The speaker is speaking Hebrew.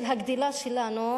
של הגדילה שלנו,